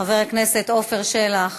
חבר הכנסת עפר שלח